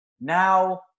Now